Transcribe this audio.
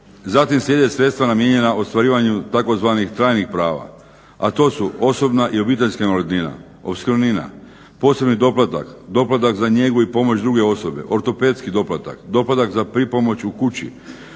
Zatim slijede sredstva namijenjena ostvarivanju tzv. trajnih prava, a to su osobna i obiteljska opskrbnina, posebni doplatak, doplatak za njegu i pomoć druge osobe, ortopedski doplatak, doplatak za pripomoć u kući,